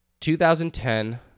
2010